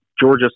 Georgia